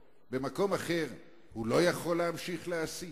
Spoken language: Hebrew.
במקום אחר הוא לא יכול להמשיך להסית?